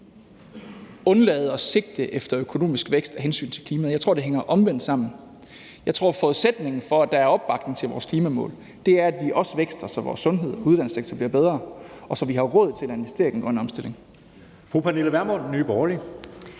undlade at sigte efter økonomisk vækst af hensyn til klimaet. Jeg tror, det hænger omvendt sammen. Jeg tror, at forudsætningen for, at der er opbakning til vores klimamål, er, at vi også vækster, så vores sundhed- og uddannelsessektor bliver bedre, og så vi har råd til at investere i den grønne omstilling.